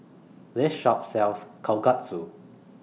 This Shop sells Kalguksu